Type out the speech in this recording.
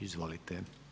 Izvolite.